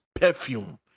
perfume